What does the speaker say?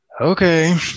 Okay